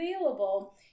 available